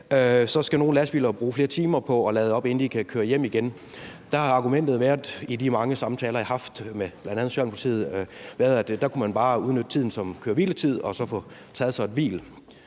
Så skal nogle lastbiler bruge flere timer på at lade op, inden de kan køre hjem igen. Der har argumentet i de mange samtaler, jeg har haft med bl.a. Socialdemokratiet, været, at der kunne man bare udnytte tiden til hviletid og så tage sig et hvil.